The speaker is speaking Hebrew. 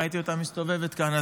ראיתי אותה מסתובבת כאן.